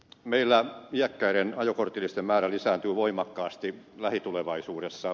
meillä iäkkäiden ajokortillisten määrä lisääntyy voimakkaasti lähitulevaisuudessa